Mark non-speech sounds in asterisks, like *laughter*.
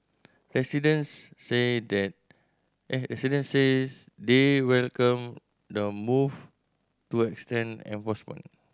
residents say they *unintelligible* residents say they welcome the move to extend enforcement